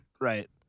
Right